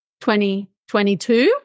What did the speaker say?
2022